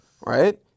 Right